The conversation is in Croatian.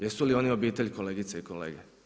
Jesu li oni obitelj, kolegice i kolege?